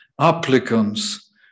applicants